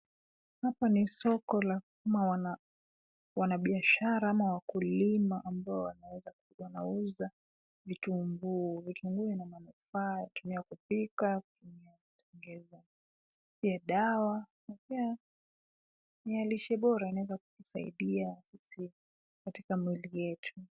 Hapa ni soko la wanabiashara ama wakulima ambao wanaweza kuwa wanauza vitunguu. Vitunguu vina manufaa kutumika katika kupika, pia dawa na pia mialishi bora yanaweza kukusaidia katika mwili yetu.